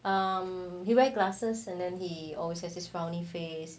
um he wear glasses and then he always has this frowning face